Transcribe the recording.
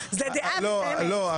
זו דעה --- לא,